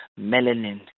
melanin